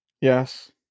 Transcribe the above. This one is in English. Yes